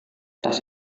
tas